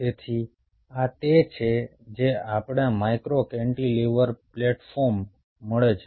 તેથી આ તે છે જે આપણને માઇક્રો કેન્ટિલીવર પ્લેટ ફોર્મ મળે છે